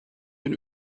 den